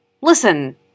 Listen